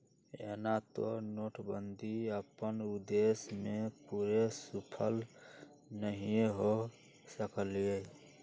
एना तऽ नोटबन्दि अप्पन उद्देश्य में पूरे सूफल नहीए हो सकलै